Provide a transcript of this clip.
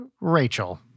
Rachel